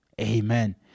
Amen